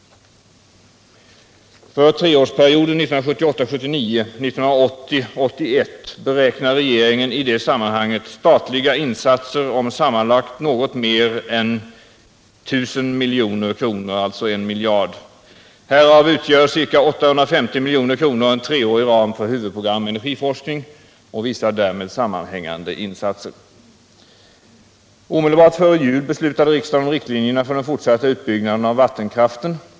För treårsperioden 1978 81 beräknar regeringen i det sammanhanget statliga insatser om sammanlagt något mer än 1 000 milj.kr. eller 1 miljard. Härav utgör ca 850 milj.kr. en treårig ram för Huvudprogram Energiforskning och vissa därmed sammanhängande insatser. Omedelbart före jul beslutade riksdagen om riktlinjerna för den fortsatta utbyggnaden av vattenkraften.